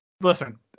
Listen